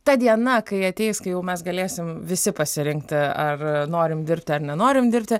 ta diena kai ateis kai jau mes galėsim visi pasirinkti ar norim dirbti ar nenorim dirbti